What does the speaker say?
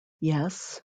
yes